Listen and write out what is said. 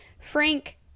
Frank